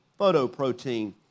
photoprotein